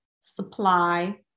supply